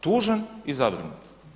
Tužan i zabrinut.